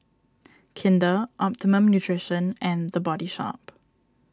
Kinder Optimum Nutrition and the Body Shop